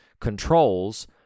controls